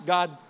God